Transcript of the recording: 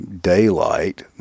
daylight